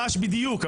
ממש, בדיוק אבל.